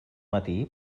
matí